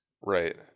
Right